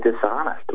dishonest